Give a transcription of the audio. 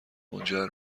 منجر